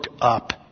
up